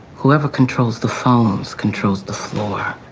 whoever controls the phones controls the floor.